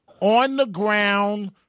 on-the-ground